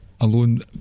Alone